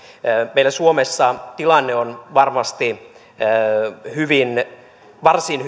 meillä suomessa tilanne on varmasti varsin